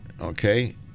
okay